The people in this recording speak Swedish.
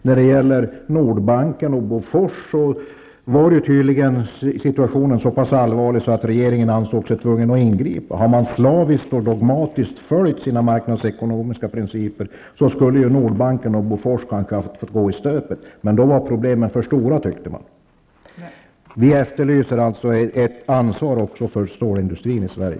När det gällde Nordbanken och Bofors var situationen tydligen så allvarlig att regeringen ansåg sig tvungen att ingripa. Hade man slaviskt och dogmatiskt följt sina marknadsekonomiska principer skulle Nordbanken och Bofors kanske ha fått gå i stöpet. Men då skulle problemen ha blivit för stora, tyckte man. Vi efterlyser alltså ett ansvar också för stålindustrin i Sverige.